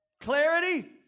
clarity